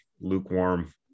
lukewarm